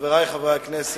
חברי חברי הכנסת,